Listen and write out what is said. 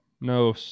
No